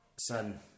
Son